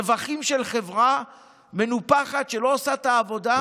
רווחים של חברה מנופחת שלא עושה את העבודה,